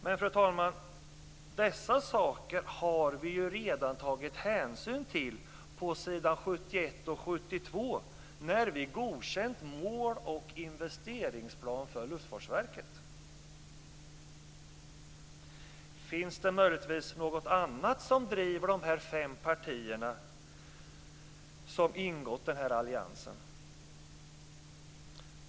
Men, fru talman, dessa saker har vi ju redan tagit hänsyn till på s. 71 och 72, när vi har godkänt mål och investeringsplan för Luftfartsverket. Finns det möjligtvis något annat som driver de fem partier som ingått alliansen?